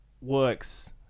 works